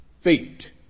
Feet